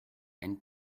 and